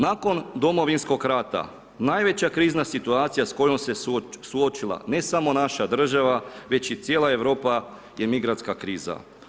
Nakon Domovinskog rata najveća krizna situacija s kojom se suočila, ne samo naša država, već i cijela Europa je migrantska kriza.